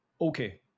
Okay